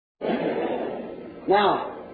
Now